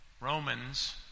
Romans